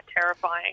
terrifying